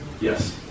Yes